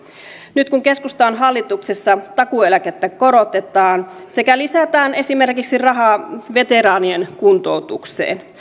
nyt kun keskusta on hallituksessa takuueläkettä korotetaan sekä lisätään esimerkiksi rahaa veteraanien kuntoutukseen